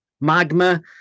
Magma